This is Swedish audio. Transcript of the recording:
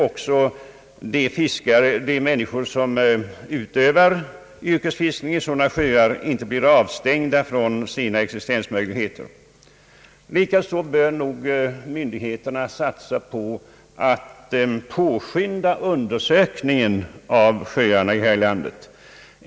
På så sätt skulle de människor som utövar yrkesfiske i ofarliga sjöar inte behöva bli avstängda från sina existensmöjligheter. Likaså bör nog myndigheterna satsa på att påskynda undersökningen av sjöarna här i landet.